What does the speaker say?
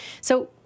So-